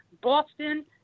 Boston